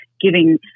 giving